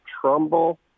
Trumbull